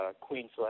Queensland